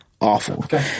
Awful